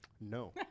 No